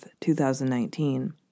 2019